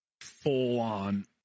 full-on